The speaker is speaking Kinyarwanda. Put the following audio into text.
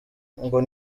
ngo